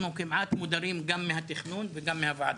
אנחנו כמעט מודרים גם מהתכנון וגם מהוועדות.